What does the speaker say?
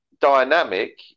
dynamic